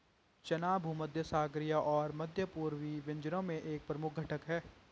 चना भूमध्यसागरीय और मध्य पूर्वी व्यंजनों में एक प्रमुख घटक है